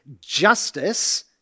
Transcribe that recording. justice